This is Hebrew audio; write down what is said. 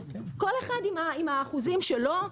כל אחד עם האחוזים שלו,